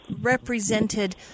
represented